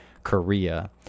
korea